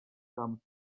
come